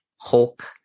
Hulk